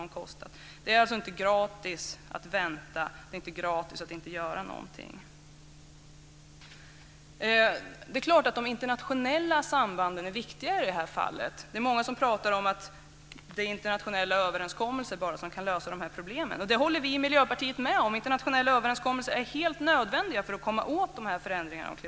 Det är alltså inte gratis att vänta. Det är inte gratis att inte göra någonting. Det är klart att de internationella sambanden är viktiga i detta fall. Det är många som pratar om att det enbart är internationella överenskommelser som kan lösa dessa problem. Det håller vi i Miljöpartiet med om. Internationella överenskommelser är helt nödvändiga för att komma åt klimatförändringarna.